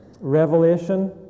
Revelation